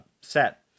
set